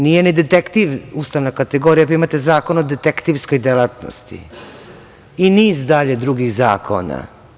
Nije ni detektiv ustavna kategorija pa imate Zakon o detektivskoj delatnosti i niz dalje drugih zakona.